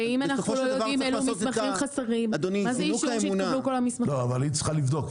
היא צריכה לבדוק.